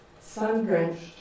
Sun-drenched